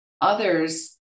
others